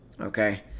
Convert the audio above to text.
okay